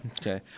Okay